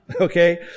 Okay